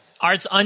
Arts